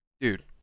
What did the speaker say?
dude